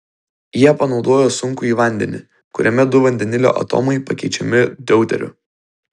jie panaudojo sunkųjį vandenį kuriame du vandenilio atomai pakeičiami deuteriu